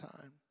time